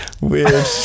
weird